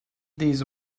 these